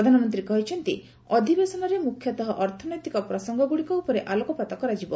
ପ୍ରଧାନମନ୍ତ୍ରୀ କହିଛନ୍ତି ଅଧିବେଶନରେ ମୁଖ୍ୟତଃ ଅର୍ଥନୈତିକ ପ୍ରସଙ୍ଗଗୁଡ଼ିକ ଉପରେ ଆଲୋକପାତ କରାଯିବ